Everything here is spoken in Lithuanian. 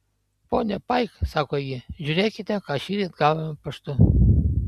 ponia paik sako ji žiūrėkite ką šįryt gavome paštu